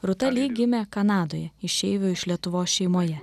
rūta lee gimė kanadoje išeivių iš lietuvos šeimoje